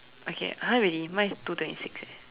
okay !huh! really mine is two twenty six eh